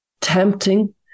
tempting